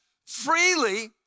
Freely